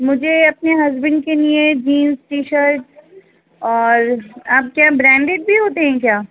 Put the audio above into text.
مجھے اپنے ہسبینڈ کے لیے جینس ٹی شرٹ اور آپ کیا برانڈیڈ بھی ہوتے ہیں کیا